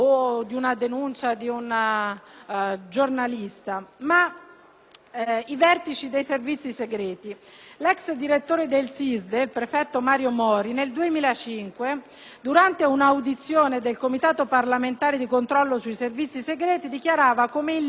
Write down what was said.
vertici dei servizi segreti. L'ex direttore del SISDE, il prefetto Mario Mori, nel 2005, durante un'audizione del Comitato parlamentare di controllo sui servizi segreti, dichiarava che in Libia i clandestini venivano accalappiati come cani,